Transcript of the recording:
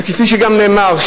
וכפי שגם נאמר,